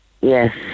Yes